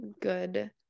good